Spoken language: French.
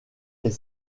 est